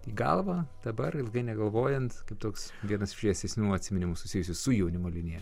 į galvą dabar ilgai negalvojant kaip toks vienas iš šviesenių atsiminimų susijusių su jaunimo linija